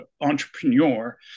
entrepreneur